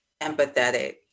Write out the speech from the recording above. empathetic